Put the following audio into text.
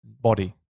body